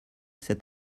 cet